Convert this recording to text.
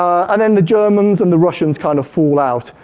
um and then the germans and the russians kind of fall out,